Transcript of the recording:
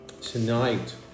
tonight